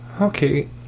okay